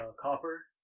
copper